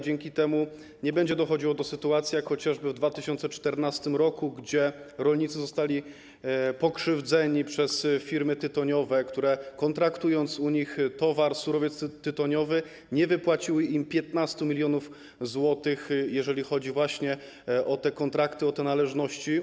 Dzięki temu nie będzie dochodziło do takich sytuacji jak chociażby w 2014 r., kiedy rolnicy zostali pokrzywdzeni przez firmy tytoniowe, które kontraktując u nich towar, surowiec tytoniowy, nie wypłaciły im 15 mln zł, jeżeli chodzi właśnie o te kontrakty, o te należności.